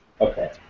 Okay